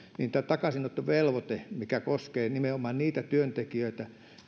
tämä takaisinottovelvoite mikä koskee nimenomaan niitä työntekijöitä